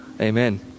Amen